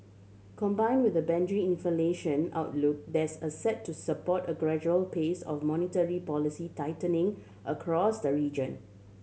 combined with a inflation outlook that's a set to support a gradual pace of monetary policy tightening across the region